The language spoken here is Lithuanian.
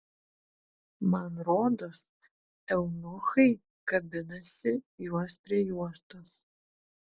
man rodos eunuchai kabinasi juos prie juostos